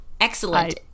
Excellent